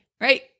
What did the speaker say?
right